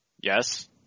Yes